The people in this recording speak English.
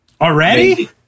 Already